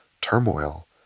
turmoil